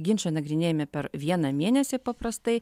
ginčą nagrinėjame per vieną mėnesį paprastai